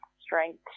strength